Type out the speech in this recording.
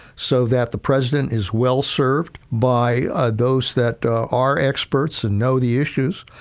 so that the president is well served by ah those that are experts and know the issues,